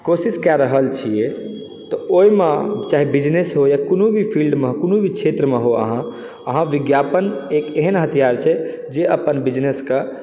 कोशिश कए रहल छियै तऽ ओहिमे चाहे बिजनेस हो या कोनो भी फिल्डमे या कोनो भी क्षेत्रमे हो अहाँ विज्ञापन एक एहन हथियार छै जे अपन बिजनेसके तऽ